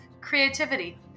Creativity